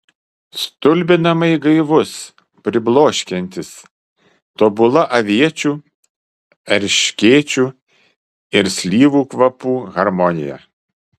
stulbinamai gaivus pribloškiantis tobula aviečių erškėčių ir slyvų kvapų harmonija